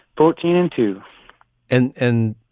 fourteen into an end,